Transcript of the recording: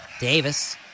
Davis